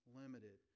limited